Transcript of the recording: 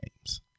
names